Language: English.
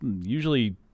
Usually